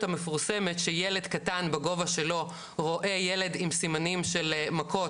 המפורסמת שילד קטן בגובה שלו רואה ילד עם סימנים של מכות